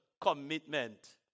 commitment